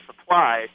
supply